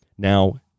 Now